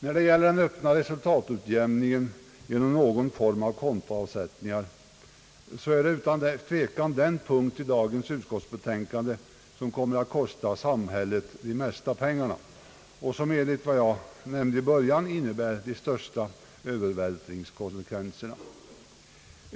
När det gäller den öppna resultatutjämningen genom någon form av kontoavsättningar, så är det utan tvekan den punkt i dagens utskottsbetänkande, som kommer att kosta samhället de mesta pengarna och som enligt vad jag nämnde i början innebär de största övervältringskonsekvenserna.